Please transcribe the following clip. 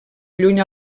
lluny